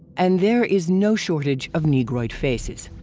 and there is no shortage of negroid faces.